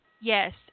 Yes